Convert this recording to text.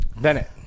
Bennett